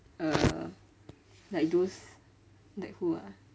uh like those like who ah